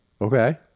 okay